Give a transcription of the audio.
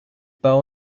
bow